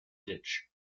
ditch